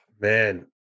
Man